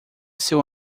seu